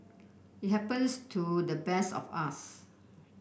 it happens to the best of us